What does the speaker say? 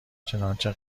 چنانچه